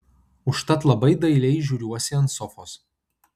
užtat labai dailiai žiūriuosi ant sofos